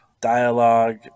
dialogue